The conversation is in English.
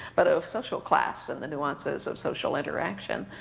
but of social class, and the nuances of social interaction,